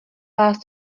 vás